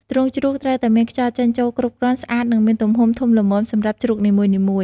ទ្រុងជ្រូកត្រូវតែមានខ្យល់ចេញចូលគ្រប់គ្រាន់ ស្អាត និងមានទំហំធំល្មមសម្រាប់ជ្រូកនីមួយៗ។